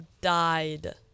died